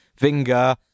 Vinger